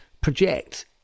project